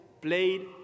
played